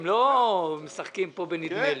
הם לא משחקים פה בנדמה לי.